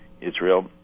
Israel